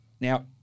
Now